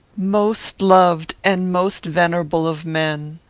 most loved and most venerable of men!